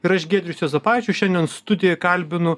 ir aš giedrius juozapaičiu šiandien studijoj kalbinu